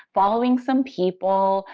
following some people,